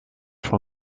von